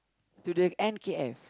to the N_K_F